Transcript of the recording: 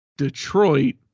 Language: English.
Detroit